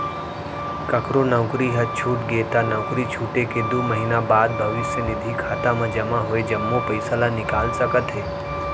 ककरो नउकरी ह छूट गे त नउकरी छूटे के दू महिना बाद भविस्य निधि खाता म जमा होय जम्मो पइसा ल निकाल सकत हे